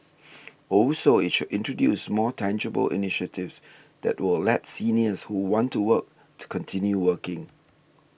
also it should introduce more tangible initiatives that will let seniors who want to work to continue working